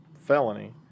felony